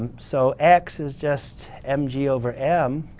so x is just mg over m.